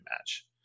match